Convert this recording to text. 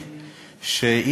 ופה משנים אותם כל הזמן.